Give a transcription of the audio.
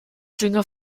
dünger